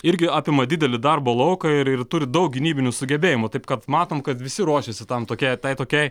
irgi apima didelį darbo lauką ir ir turi daug gynybinių sugebėjimų taip kad matom kad visi ruošėsi tam tokia tai tokiai